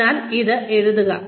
അതിനാൽ ഇത് എഴുതുക